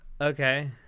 Okay